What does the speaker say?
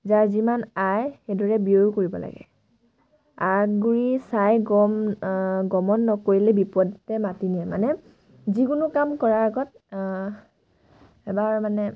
যাৰ যিমান আই সেইদৰে ব্যয়ো কৰিব লাগে আগ গুড়ি চাই গম গমত নকৰিলে বিপদতে মাতি নিয়ে মানে যিকোনো কাম কৰাৰ আগত এবাৰ মানে